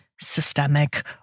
systemic